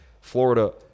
Florida